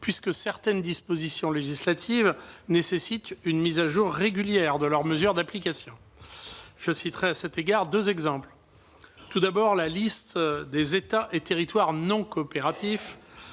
puisque certaines dispositions législatives nécessitent une mise à jour régulière de leurs mesures d'application. Je citerai, à cet égard, deux exemples. Tout d'abord, en application de l'article